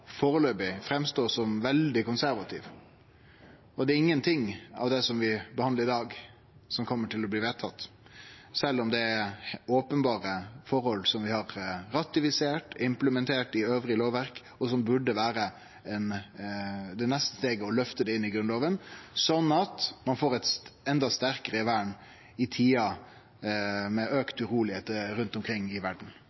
Det er ingenting av det vi behandlar i dag, som kjem til å bli vedtatt, sjølv om det er openberre forhold som vi har ratifisert og implementert i anna lovverk, og der det neste steget burde vere å løfte det inn i Grunnlova, sånn at ein får eit enda sterkare vern i tider med